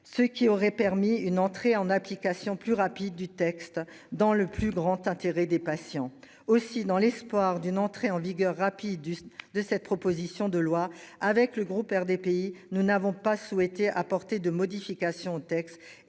ce qui aurait permis une entrée en application plus rapide du texte dans le plus grand intérêt des patients aussi dans l'espoir d'une entrée en vigueur rapide de cette proposition de loi avec le groupe RDPI, nous n'avons pas souhaité apporter de modifications au texte